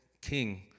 king